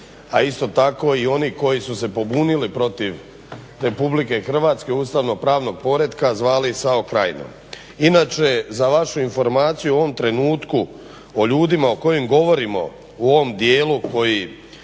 a isto tako i oni koji su se pobunili protiv Republike Hrvatske ustavno-pravnog poretka zvali SAO krajinom. Inače, za vašu informaciju u ovom trenutku o ljudima o kojim govorimo u ovom dijelu koji